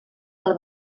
del